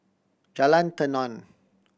Jalan Tenon